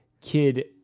Kid